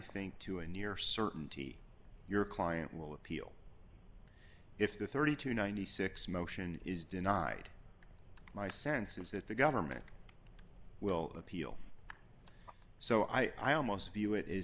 think to a near certainty your client will appeal if the thirty to ninety six motion is denied my sense is that the government will appeal so i almost feel it is